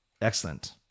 Excellent